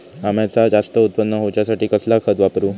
अम्याचा जास्त उत्पन्न होवचासाठी कसला खत वापरू?